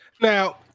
now